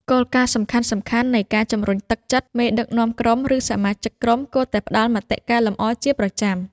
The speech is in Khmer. គោលការណ៍សំខាន់ៗនៃការជំរុញទឹកចិត្តមេដឹកនាំក្រុម ឬសមាជិកក្រុមគួរតែផ្ដល់មតិកែលម្អជាប្រចាំ។